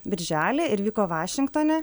birželį ir vyko vašingtone